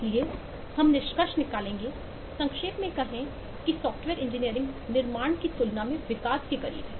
इसलिए हम निष्कर्ष निकालेंगे संक्षेप में कहें कि सॉफ्टवेयर इंजीनियरिंग निर्माण की तुलना में विकास के करीब है